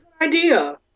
idea